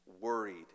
worried